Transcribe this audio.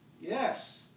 yes